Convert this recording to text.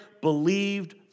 believed